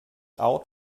out